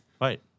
Right